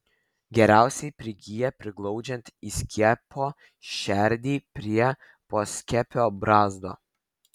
geriausiai prigyja priglaudžiant įskiepio šerdį prie poskiepio brazdo